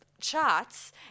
charts